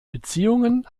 beziehungen